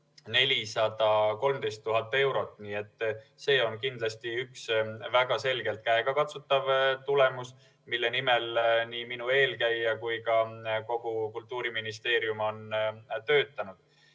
413 000 eurot. Nii et see on kindlasti üks väga selgelt käegakatsutav tulemus, mille nimel nii minu eelkäija kui ka kogu Kultuuriministeerium on töötanud.